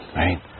right